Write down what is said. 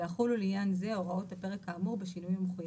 ויחולו לעניין זה הוראות הפרק האמור בשינויים המחויבים.